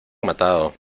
matado